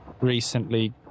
recently